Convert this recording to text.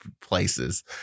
places